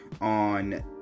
on